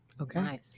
Okay